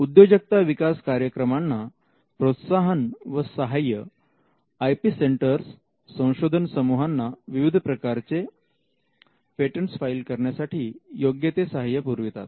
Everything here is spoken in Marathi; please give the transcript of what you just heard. उद्योजकता विकास कार्यक्रमांना प्रोत्साहन व सहाय्य आय पी सेंटर्स संशोधन समूहांना विविध प्रकारचे पेटंटस फाईल करण्यासाठी योग्य ते सहाय्य पुरवितात